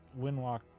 Windwalk